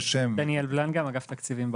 דניאל בלנגה מאגף תקציבים באוצר.